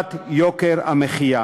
והורדת יוקר המחיה.